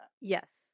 Yes